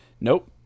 Nope